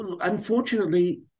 Unfortunately